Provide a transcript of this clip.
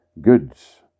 goods